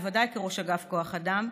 בוודאי כראש אגף כוח אדם,